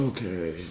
Okay